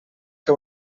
que